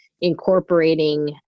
incorporating